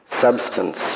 substance